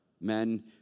men